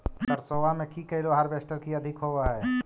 सरसोबा मे की कैलो हारबेसटर की अधिक होब है?